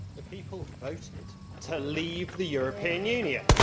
the people voted to leave the european union.